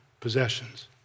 possessions